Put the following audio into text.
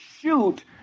shoot